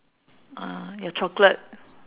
ah your chocolate